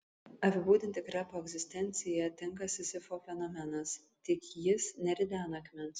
apibūdinti krepo egzistenciją tinka sizifo fenomenas tik jis neridena akmens